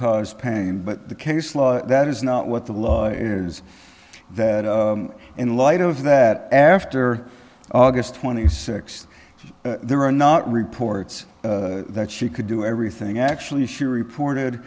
cause pain but the case law that is not what the law is that in light of that after august twenty sixth there are not reports that she could do everything actually she reported